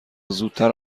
زودتر